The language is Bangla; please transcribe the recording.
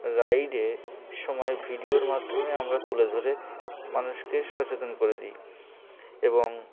রাইডের সময় ভিডিওর মাধ্যমে আমরা তুলে ধরে মানুষকে সচেতন করে দিই এবং